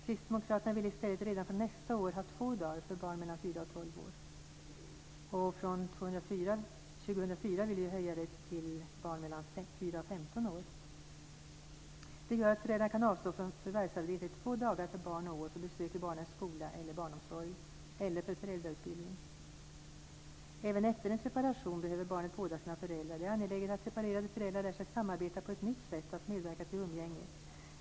Kristdemokraterna vill i stället redan från nästa år ha två dagar för barn mellan fyra och tolv år. Från 2004 vill vi öka ut det till barn mellan fyra och femton år. Det gör att föräldrar kan avstå från förvärvsarbete två dagar per barn och år för besök i barnens skola eller barnomsorg eller för föräldrautbildning. Även efter en separation behöver barnet båda sina föräldrar. Det är angeläget att separerade föräldrar lär sig samarbeta på ett nytt sätt och att medverka till umgänge.